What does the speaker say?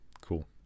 cool